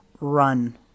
Run